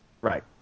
right